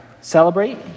celebrate